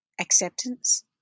acceptance